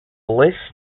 list